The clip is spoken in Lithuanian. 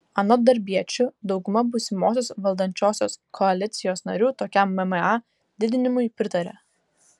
anot darbiečių dauguma būsimosios valdančiosios koalicijos narių tokiam mma didinimui pritarė